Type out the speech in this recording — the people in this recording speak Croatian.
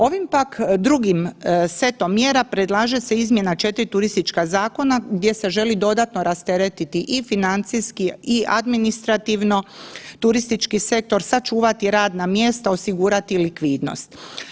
Ovim pak drugim setom mjera predlaže se izmjena 4 turistička zakona gdje se želi dodatno rasteretiti i financijski i administrativno turistički sektor, sačuvati radna mjesta, osigurati likvidnost.